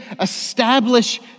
establish